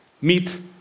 Meet